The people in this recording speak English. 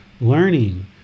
learning